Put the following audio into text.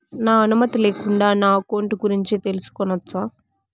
నా అనుమతి లేకుండా నా అకౌంట్ గురించి తెలుసుకొనొచ్చా?